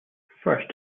first